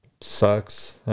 sucks